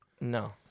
No